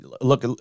look